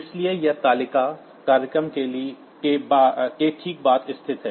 इसलिए यह तालिका प्रोग्राम के ठीक बाद स्थित है